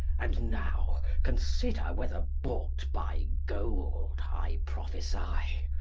and now, consider whether bought by gold i prophesy.